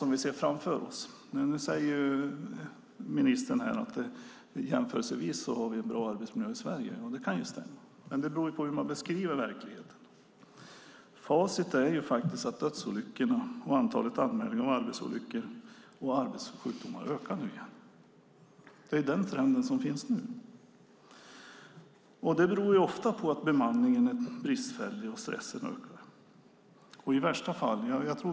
Ministern säger att jämförelsevis har vi en bra arbetsmiljö i Sverige. Det kan stämma, men det beror på hur man beskriver verkligheten. Facit är att dödsolyckorna och antalet anmälningar av arbetsolyckor och arbetssjukdomar ökar. Det är den förändring vi har. Det beror ofta på att bemanningen är bristfällig och att stressen ökar.